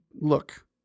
look